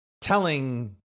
telling